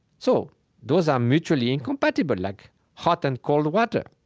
so those are mutually incompatible, like hot and cold water.